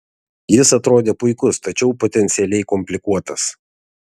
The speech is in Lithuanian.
jis atrodė puikus tačiau potencialiai komplikuotas